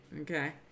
Okay